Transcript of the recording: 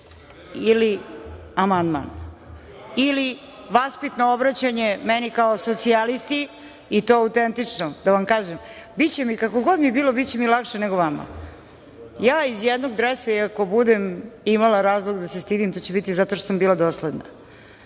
ili amandman ili vaspitno obraćanje meni kao socijalisti i to autentično? Da vam kažem, biće mi, kako god mi bilo biće mi lakše nego vama. Ja iz jednog dresa i ako budem imali razlog da se stidim to će biti zato što sam bila dosledna.